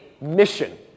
mission